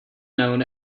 known